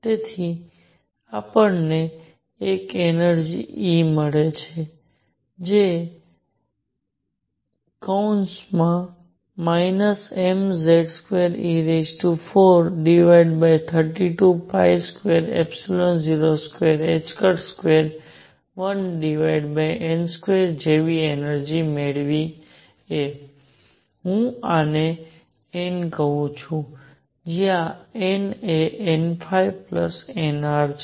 તેથી આપણને એક એનર્જિ E મળે છે જે mZ2e43220221n2 જેવી એનર્જિ મેળવીએ હું આને n કહું છું જ્યાં n એ nnr છે